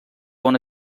una